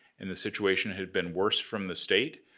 and the situation had been worse from the state,